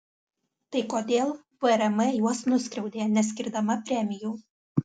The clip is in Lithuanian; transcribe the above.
tai kodėl vrm juos nuskriaudė neskirdama premijų